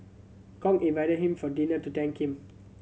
Kong invited him for dinner to thank him